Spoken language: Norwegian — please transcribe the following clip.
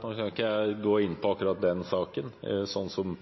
kan ikke jeg gå inn på akkurat den saken,